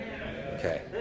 Okay